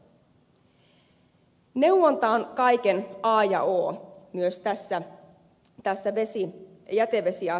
neuvonta on kaiken a ja o myös näissä jätevesiasioissa